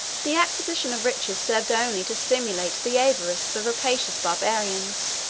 the acquisition of riches served only to stimulate the avarice of the rapacious barbarians,